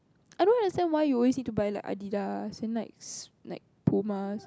I don't understand why you always need to buy like Adidas then like like Pumas